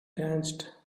danced